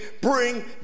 bring